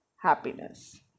happiness